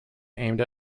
aimed